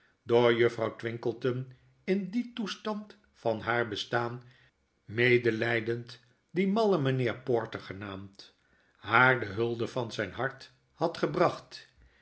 door juffrouw twinkleton in dien toestand van haar bestaan medelydend dien mallen mijnheer porter genaamd haar de hulde van zjjn hart had gebracht